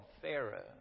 Pharaoh